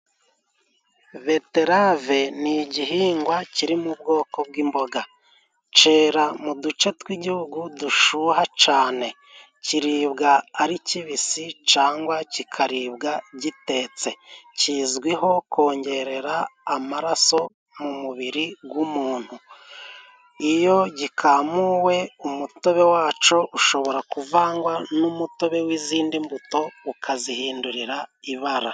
Beterave ni igihingwa kiri mu bwoko bw'imboga. cyera mu duce tw'igihugu dushuha cane .Kiribwa ari kibisi cangwa kikaribwa gitetse. Kizwiho kongerera amaraso mu mubiri g'umuntu. Iyo gikamuwe umutobe wacu ushobora kuvangwa n'umutobe w'izindi mbuto ukazihindurira ibara.